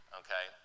okay